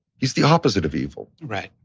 he's the opposite of evil. right.